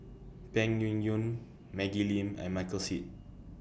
Peng Yuyun Maggie Lim and Michael Seet